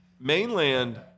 Mainland